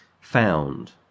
found